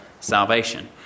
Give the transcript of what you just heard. salvation